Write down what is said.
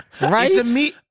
Right